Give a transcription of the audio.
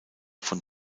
von